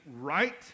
right